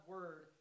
Word